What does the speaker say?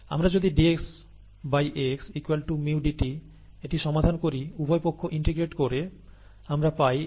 আমরা যদি dx x μdt এটি সমাধান করি উভয় পক্ষ ইন্টিগ্রেট করে আমরা পাই ln x μt c